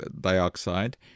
dioxide